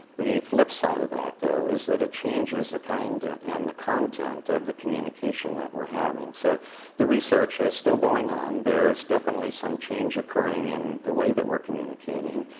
the flip side of that, though, is that it changes the kind and the content of the communication that we're having. so the research is still going on. there's definitely some change occurring in the way that we're communicating,